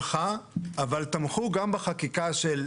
הנושא המהותי,